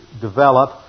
develop